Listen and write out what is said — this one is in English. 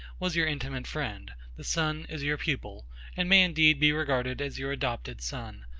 was your intimate friend the son is your pupil and may indeed be regarded as your adopted son,